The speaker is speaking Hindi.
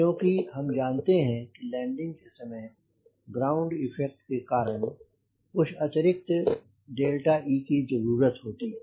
क्योंकि हम जानते हैं कि लैंडिंग के समय ग्राउंड इफ़ेक्ट के कारण कुछ अतिरिक्त e की जरुरत होती है